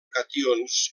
cations